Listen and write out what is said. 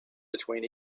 between